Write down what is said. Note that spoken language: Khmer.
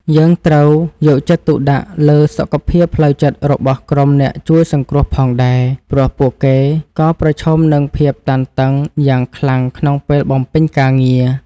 យើងត្រូវយកចិត្តទុកដាក់លើសុខភាពផ្លូវចិត្តរបស់ក្រុមអ្នកជួយសង្គ្រោះផងដែរ ព្រោះពួកគេក៏ប្រឈមនឹងភាពតានតឹងយ៉ាងខ្លាំងក្នុងពេលបំពេញការងារ។